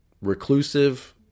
reclusive